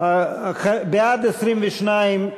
בעד 22,